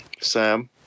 Sam